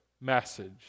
message